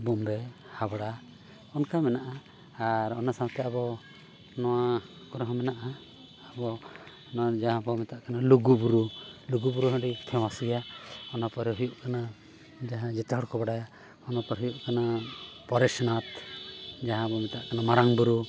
ᱵᱳᱢᱵᱮ ᱦᱟᱵᱽᱲᱟ ᱚᱱᱠᱟ ᱢᱮᱱᱟᱜᱼᱟ ᱟᱨ ᱚᱱᱟ ᱥᱟᱶᱛᱮ ᱟᱵᱚ ᱱᱚᱣᱟ ᱠᱚᱨᱮ ᱦᱚᱸ ᱢᱮᱱᱟᱜᱼᱟ ᱟᱵᱚ ᱱᱚᱣᱟ ᱡᱟᱦᱟᱸ ᱵᱚ ᱢᱮᱛᱟᱜ ᱠᱟᱱᱟ ᱞᱩᱜᱩᱼᱵᱩᱨᱩ ᱞᱩᱜᱩᱼᱵᱩᱨᱩ ᱦᱚᱸ ᱟᱹᱰᱤ ᱜᱮᱭᱟ ᱚᱱᱟ ᱯᱚᱨᱮ ᱦᱩᱭᱩᱜ ᱠᱟᱱᱟ ᱡᱟᱦᱟᱸ ᱡᱮᱛᱮ ᱦᱚᱲᱠᱚ ᱵᱟᱲᱟᱭᱟ ᱚᱱᱟ ᱯᱚᱨ ᱦᱩᱭᱩᱜ ᱠᱟᱱᱟ ᱯᱚᱨᱮᱥᱱᱟᱛᱷ ᱡᱟᱦᱟᱸ ᱵᱚᱱ ᱢᱮᱛᱟᱜ ᱠᱟᱱᱟ ᱢᱟᱨᱟᱝ ᱵᱩᱨᱩ